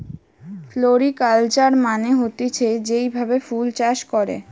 floriculture মানে হতিছে যেই ভাবে ফুল চাষ করে